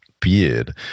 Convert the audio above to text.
beard